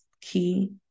key